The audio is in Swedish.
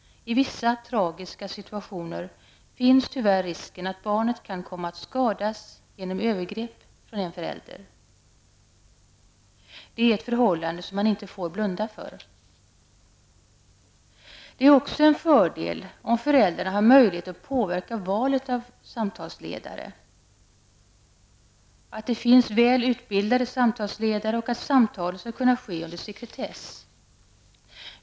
I vissa tragiska situationer finns tyvärr risken att barnet kan komma att skadas genom övergrepp från en förälder. Det är ett förhållande som man inte får blunda för. Det är också en fördel om föräldrarna har möjlighet att påverka valet av samtalsledare, att det finns väl utbildade samtalsledare och att samtalen skall kunna ske under sekretess.